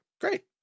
great